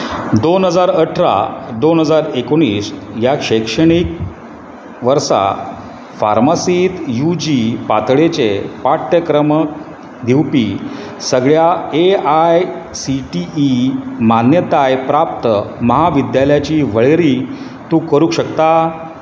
दोन हजार अठरा ते दोन हजार एकुणीस ह्या शैक्षणीक वर्सा फार्मसींत यू जी पातळेचेर पाठ्यक्रम दिवपी सगळ्या A I C T E मान्यताय प्राप्त म्हाविद्यालयांची वळेरी तूं करूंक शकता